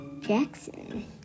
Jackson